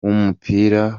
w’umupira